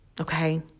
Okay